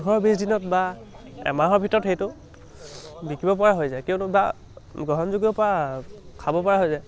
পোন্ধৰ বিছ দিনত বা এমাহৰ ভিতৰত সেইটো বিকিব পৰা হৈ যায় কিয়নো বা গ্ৰহণযোগ্য খাব পৰা হৈ যায়